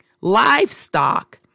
livestock